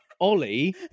ollie